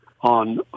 on